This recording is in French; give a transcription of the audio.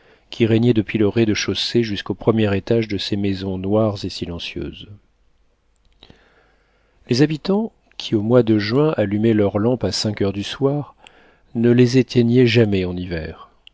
qui régnait depuis le rez-de-chaussée jusqu'au premier étage de ces maisons noires et silencieuses les habitants qui au mois de juin allumaient leurs lampes à cinq heures du soir ne les éteignaient jamais en hiver